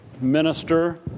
minister